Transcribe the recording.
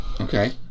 Okay